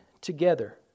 together